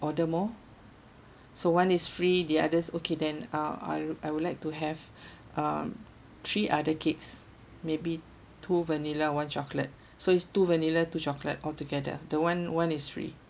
order more so one is free the others okay then uh I I would like to have um three other cakes maybe two vanilla one chocolate so it's two vanilla two chocolate altogether the one one is free